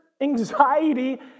anxiety